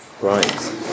Right